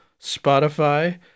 Spotify